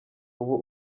ubu